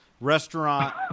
restaurant